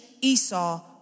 Esau